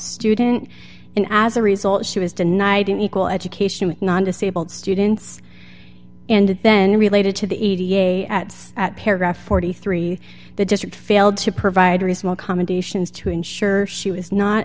student and as a result she was denied an equal education non disabled students and then related to the e t a at at paragraph forty three the district failed to provide reasonable accommodations to ensure she was not